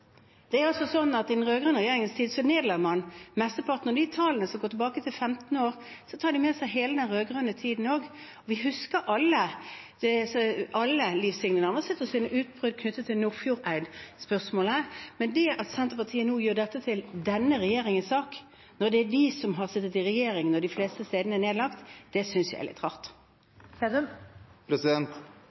Det er altså slik at man også nedla i den rød-grønne regjeringens tid. Mesteparten av de tallene, som går tilbake 15 år, tar også med seg hele den rød-grønne tiden. Vi husker alle Liv Signe Navarsetes utbrudd knyttet til Nordfjordeid-spørsmålet. Det at Senterpartiet nå gjør dette til denne regjeringens sak, når det var de som satt i regjering da de fleste stedene ble nedlagt, synes jeg er litt